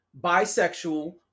bisexual